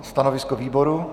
Stanovisko výboru?